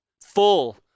full